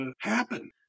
happen